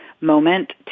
moment